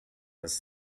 his